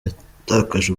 yatakaje